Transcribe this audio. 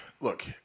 look